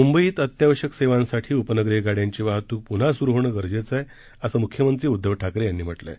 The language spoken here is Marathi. मुंबईमधे अत्यावश्यक सेवांसाठी उपनगरीय गाड्यांची वाहतूक पुन्हा सुरु होणं गरजेचं आहे असं मुख्यमंत्री उद्दव ठाकरे यांनी म्हटलं आहे